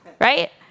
right